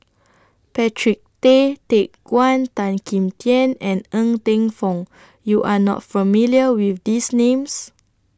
Patrick Tay Teck Guan Tan Kim Tian and Ng Teng Fong YOU Are not familiar with These Names